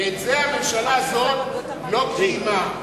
ואת זה הממשלה הזאת לא קיימה.